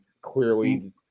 clearly